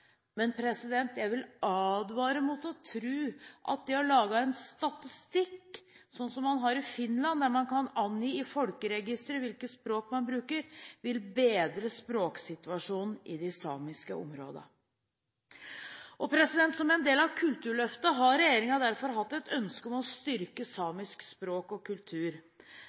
Men jeg vil advare mot å tro at det å lage en statistikk, sånn som man har i Finland, der man kan angi i folkeregisteret hvilket språk man bruker, vil bedre språksituasjonen i de samiske områdene. Som en del av Kulturløftet har regjeringen hatt et ønske om å styrke samisk språk og kultur.